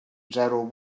zero